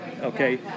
Okay